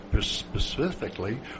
specifically